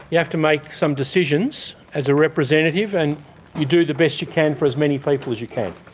you have to make some decisions as a representative, and you do the best you can for as many people as you can.